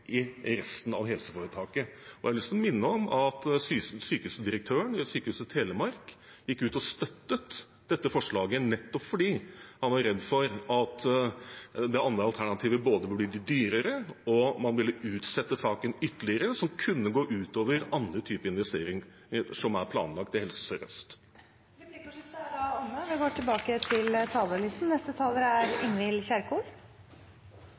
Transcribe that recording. i resten av helseforetaket. Jeg har lyst til å minne om at sykehusdirektøren ved Sykehuset Telemark gikk ut og støttet dette forslaget, nettopp fordi han var redd for at det andre alternativet både ville bli dyrere og at man ville utsette saken ytterligere, noe som kunne gå ut over andre typer investeringer som er planlagt i Helse Sør-Øst. Replikkordskiftet er omme. Helse er hele fundamentet for det gode liv. Uten en god nok helse fungerer ingen av oss. Og